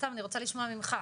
סתם אני רוצה לשמוע ממך,